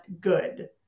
good